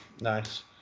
Nice